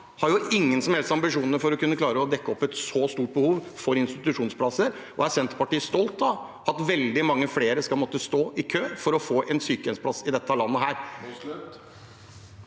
har jo ingen som helst ambisjoner for å kunne klare å dekke opp et så stort behov for institusjonsplasser. Er Senterpartiet stolt av at veldig mange flere skal måtte stå i kø for å få en sykehjemsplass i dette landet?